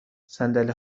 صندلی